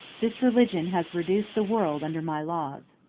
this religion has reduced the world under my laws.